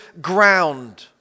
ground